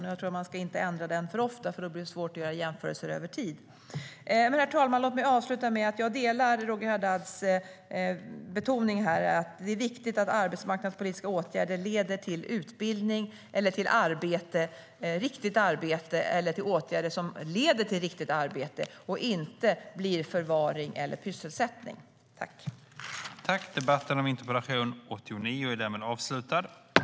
Och jag tror inte att man ska ändra den för ofta eftersom det då blir svårt att göra jämförelser över tid. Överläggningen var härmed avslutad.